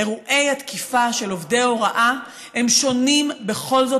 אירועי התקיפה של עובדי הוראה הם שונים בכל זאת